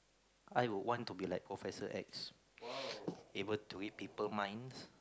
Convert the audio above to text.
I would want to be like professor X able to read people minds